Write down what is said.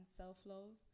self-love